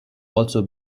also